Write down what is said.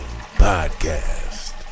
Podcast